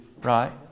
Right